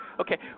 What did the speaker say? okay